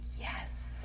yes